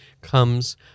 comes